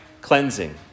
cleansing